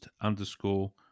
underscore